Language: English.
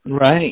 Right